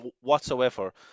Whatsoever